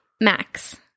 Max